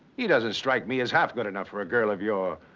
he doesn't strike me as half good enough for a girl of your.